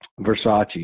Versace